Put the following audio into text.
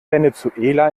venezuela